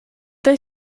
they